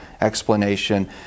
explanation